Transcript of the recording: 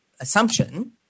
assumption